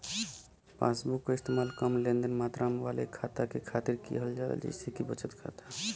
passbook क इस्तेमाल कम लेनदेन मात्रा वाले खाता के खातिर किहल जाला जइसे कि बचत खाता